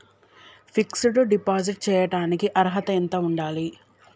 Fix డ్ deposit చేయటానికి అర్హత ఎంత ఉండాలి?